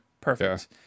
perfect